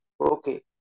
Okay